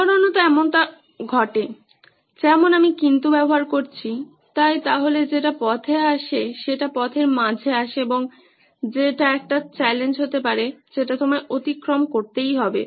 সাধারণত এমনটা ঘটে যেমন আমি কিন্তু ব্যবহার করছি তাই তাহলে যেটা পথে আসে সেটা পথের মাঝে আসে এবং যে এটা একটা চ্যালেঞ্জ হতে পারে যেটা তোমায় অতিক্রম করতেই হবে